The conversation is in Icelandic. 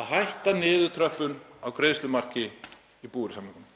að hætta niðurtröppun á greiðslumarki í búvörusamningunum.